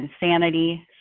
insanity